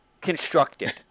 constructed